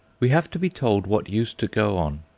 we have to be told what used to go on,